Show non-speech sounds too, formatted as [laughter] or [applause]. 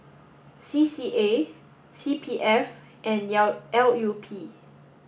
C C A C P F and [unintelligible] L U P